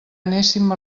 anéssim